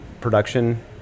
production